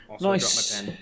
Nice